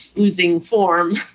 oozing form.